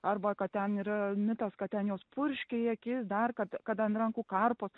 arba kad ten yra mitas kad ten jos purškia į akis dar kad kad ant rankų karpos